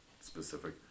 specific